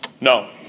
No